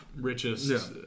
richest